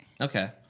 Okay